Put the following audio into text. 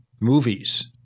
movies